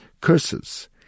curses